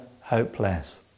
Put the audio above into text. hopeless